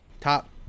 top